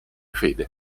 fede